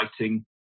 writing